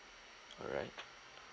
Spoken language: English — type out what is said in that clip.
alright